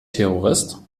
terrorist